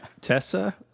tessa